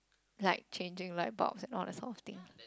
like changing light bulbs and all that sort of thing